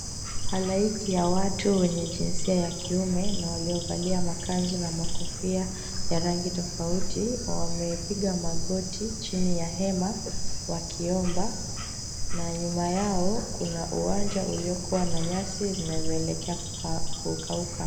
Halaiki ya watu wenye jinsia ya kiume na waliovalia makanzu na makofia ya rangi tofauti wamepiga magoti chini ya hema wakiomba na nyuma yao kuna uwanja uliokuwa na nyasi zinazoelekea kukauka.